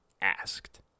asked